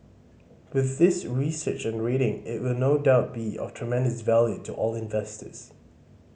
with this research and rating it will no doubt be of tremendous value to all investors